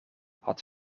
had